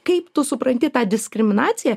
kaip tu supranti tą diskriminaciją